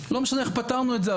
לא משנה איך פתרנו את זה,